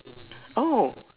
oh